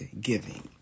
giving